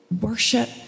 Worship